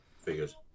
Figures